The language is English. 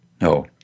no